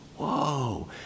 whoa